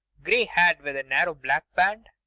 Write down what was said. grey hat with narrow black band,